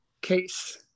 case